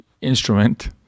instrument